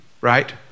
right